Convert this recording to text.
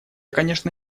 конечно